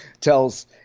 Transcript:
tells –